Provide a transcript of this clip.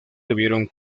debieron